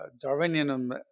Darwinian